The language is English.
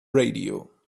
radio